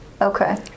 Okay